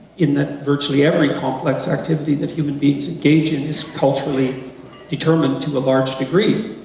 in that virtually every complex activity that human beings engage in is culturally determined to a large degree.